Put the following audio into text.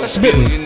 spitting